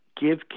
give